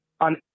on